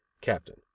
Captain